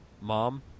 mom